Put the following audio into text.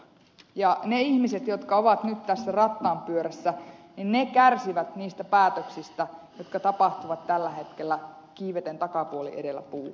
ne ihmiset jotka ovat nyt tässä rattaanpyörässä kärsivät niistä päätöksistä jotka tapahtuvat tällä hetkellä kiiveten takapuoli edellä puuhun